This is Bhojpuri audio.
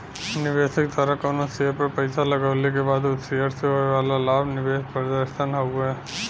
निवेशक द्वारा कउनो शेयर पर पैसा लगवले क बाद उ शेयर से होये वाला लाभ निवेश प्रदर्शन हउवे